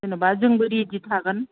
जेन'बा जोंबो रेदि थागोन